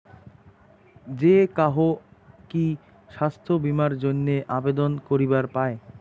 যে কাহো কি স্বাস্থ্য বীমা এর জইন্যে আবেদন করিবার পায়?